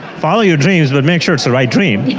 follow your dreams but make sure it's the right dream.